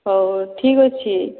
ହଉ ଠିକ୍ ଅଛି